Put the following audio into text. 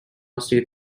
state